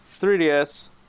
3DS